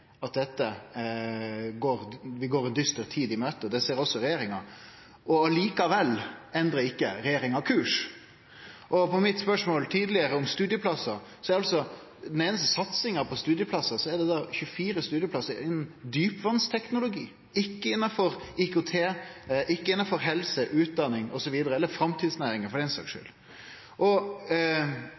at vi går ei dyster tid i møte. Det ser også regjeringa, men likevel endrar ho ikkje kurs. På spørsmålet mitt tidlegare om studieplassar er altså den einaste satsinga 24 studieplassar innan djupvassteknologi – ikkje innanfor IKT, ikkje innanfor helse, utdanning osv. – eller for den saks skuld innanfor framtidsnæringar. Tidlegare i vår kom ei samanslutning som bestod av Abelia, Norsk Industri, Norsk olje og